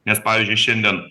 nes pavyzdžiui šiandien